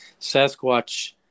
Sasquatch